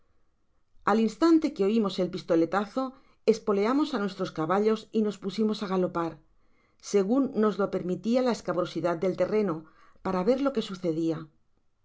al instante que oimos el pistoletazo espoleamos á nuestros caballos y nos pusimos á galopar segun nos lo permitia la escabrosidad del terreno para ver lo que sucedia